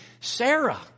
Sarah